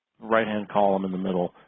right-hand column in the middle.